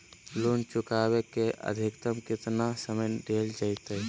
Loan चुकाबे के अधिकतम केतना समय डेल जयते?